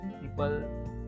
people